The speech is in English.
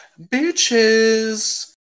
bitches